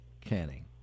canning